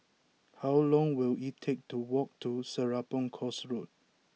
how long will it take to walk to Serapong Course Road